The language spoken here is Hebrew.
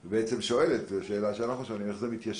זו שאלה שאנחנו שואלים איך זה מתיישב